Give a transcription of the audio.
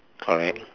correct